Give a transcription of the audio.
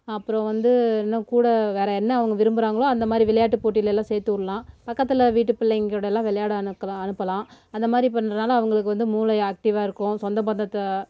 அப்புறம் வந்து இன்னும் கூட வேறு என்ன அவங்க விரும்புகிறாங்களோ அந்தமாதிரி விளையாட்டு போட்டியில் எல்லாம் சேத்துவிட்லாம் பக்கத்து வீட்டு பிள்ளைங்க கூடலாம் விளையாட அனுக்கலாம் அனுப்பலாம் அந்தமாதிரி பண்றதுனால அவங்களுக்கு வந்து மூளை ஆக்டிவ்வாக இருக்கும் சொந்த பந்தத்தை